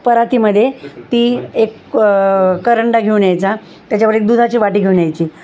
परातीमध्ये ती एक करंडा घेऊन यायचा त्याच्यावर एक दुधाची वाटी घेऊन यायची